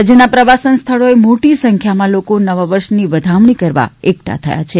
રાજ્યના પ્રવાસન સ્થળોએ મોટી સંખ્યામાં લોકો નવા વર્ષની વધામણી કરવા એકઠા થયા છે